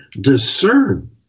discern